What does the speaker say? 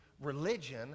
religion